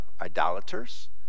idolaters